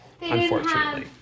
Unfortunately